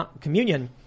communion